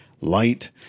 light